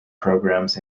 programs